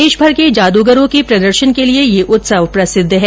देशभर के जादूगरों के प्रदर्शन के लिए ये उत्सव प्रसिद्ध है